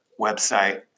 website